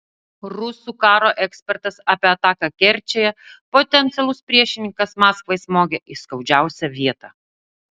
rusų karo ekspertas apie ataką kerčėje potencialus priešininkas maskvai smogė į skaudžiausią vietą